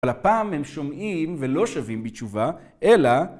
אבל הפעם הם שומעים ולא שבים בתשובה, אלא...